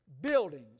buildings